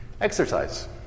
Exercise